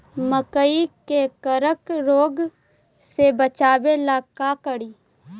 मकई के कबक रोग से बचाबे ला का करि?